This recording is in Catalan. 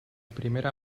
primera